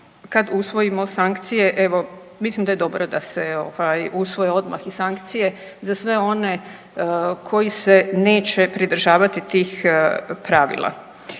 kad usvojimo sankcije evo mislim da je dobro da se ovaj usvoje odmah i sankcije za sve one koji se neće pridržavati tih pravila.